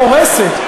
קורסת,